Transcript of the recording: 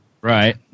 Right